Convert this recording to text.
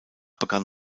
begann